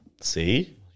See